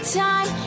time